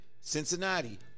Cincinnati